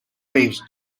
waves